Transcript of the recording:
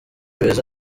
beza